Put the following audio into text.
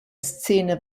szene